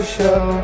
Show